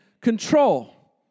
control